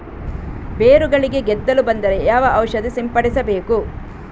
ಬೇರುಗಳಿಗೆ ಗೆದ್ದಲು ಬಂದರೆ ಯಾವ ಔಷಧ ಸಿಂಪಡಿಸಬೇಕು?